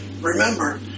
Remember